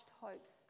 hopes